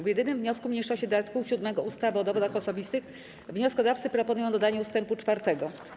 W jedynym wniosku mniejszości do art. 7 ustawy o dowodach osobistych wnioskodawcy proponują dodanie ust. 4.